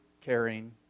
caring